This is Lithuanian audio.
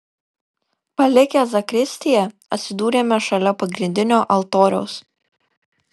palikę zakristiją atsidūrėme šalia pagrindinio altoriaus